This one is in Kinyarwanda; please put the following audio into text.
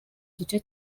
gice